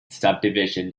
subdivision